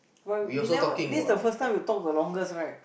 but we never this is the first time we talk the longest right